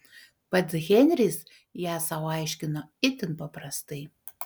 pats henris ją sau aiškino itin paprastai